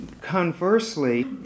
Conversely